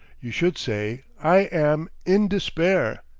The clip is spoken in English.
you should say, i am in despair.